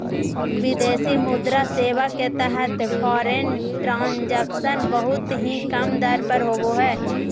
विदेशी मुद्रा सेवा के तहत फॉरेन ट्रांजक्शन बहुत ही कम दर पर होवो हय